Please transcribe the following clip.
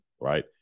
right